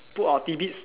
put our tidbits